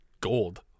gold